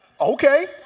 Okay